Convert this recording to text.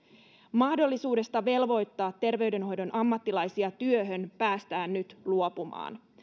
mahdollisuudesta velvoittaa terveydenhoidon ammattilaisia työhön päästään nyt luopumaan